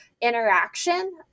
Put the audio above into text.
interaction